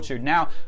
Now